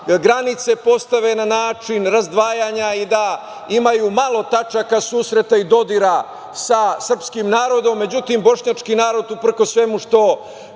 da granice postave na način razdvajanja i da imaju malo tačaka susreta i dodira sa srpskim narodom, međutim, bošnjački narod uprkos svemu što